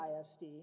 ISD